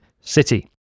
City